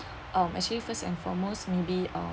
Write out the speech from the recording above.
um actually first and foremost maybe um